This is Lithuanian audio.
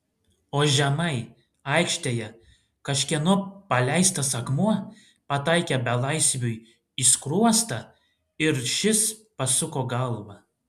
o žemai aikštėje kažkieno paleistas akmuo pataikė belaisviui į skruostą ir šis pasuko galvą